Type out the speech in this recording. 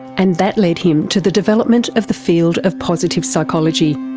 and that led him to the development of the field of positive psychology.